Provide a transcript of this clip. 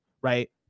right